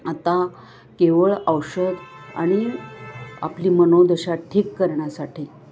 आता केवळ औषध आणि आपली मनोदशा ठीक करण्यासाठी